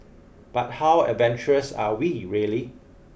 but how adventurous are we really